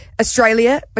Australia